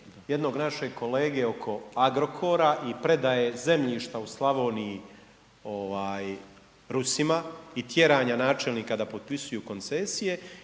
jednog našeg kolege oko Agrokora i predaje zemljišta u Slavoniji Rusima i tjeranja načelnika da potpisuju koncesije.